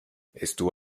estuvo